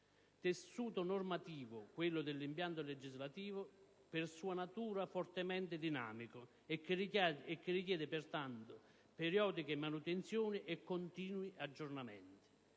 Tessuto normativo, quello dell'impianto legislativo, per sua natura fortemente dinamico e che richiede, pertanto, periodiche manutenzioni e continui aggiornamenti.